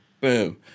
Boom